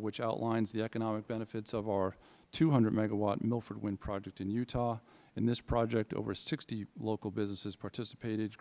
which outlines the economic benefits of our two hundred megawatt milford wind project in utah in this project over sixty local businesses participated